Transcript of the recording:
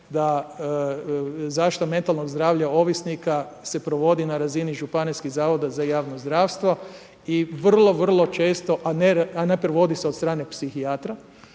da zaštitu metalnog zdravlja ovisnika se provodi na razini županijskih zavoda za javno zdravstvo i vrlo često, a ne provodi se od strane psihijatra.